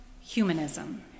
humanism